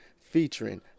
featuring